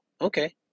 Okay